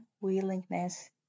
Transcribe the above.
willingness